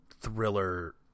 thriller